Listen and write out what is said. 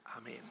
amen